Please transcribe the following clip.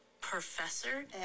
professor